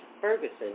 Ferguson